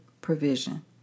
provision